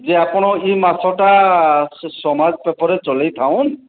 ଯେ ଆପଣ ଏଇ ମାସଟା ସେ ସମାଜ ପେପର୍ରେ ଚଲେଇ ଥାଉନ